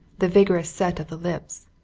the vigorous set of the lips,